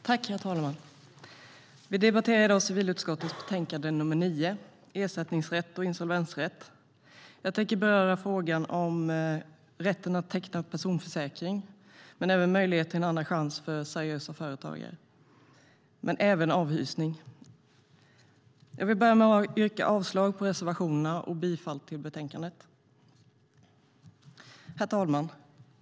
Herr talman! Vi debatterar i dag civilutskottets betänkande 9, Ersättningsrätt och insolvensrättJag vill börja med att yrka avslag på reservationerna och bifall till utskottets förslag i betänkandet. Herr talman!